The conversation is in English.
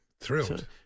Thrilled